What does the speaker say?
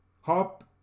hop